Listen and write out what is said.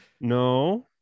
no